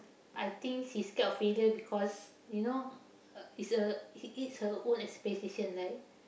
I think she scared of failure because you know uh it's a it it's her own expectation like